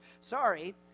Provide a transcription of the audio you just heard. sorry